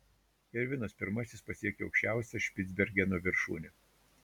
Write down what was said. irvinas pirmasis pasiekė aukščiausią špicbergeno viršūnę